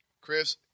Chris